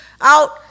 out